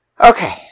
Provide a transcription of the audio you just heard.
Okay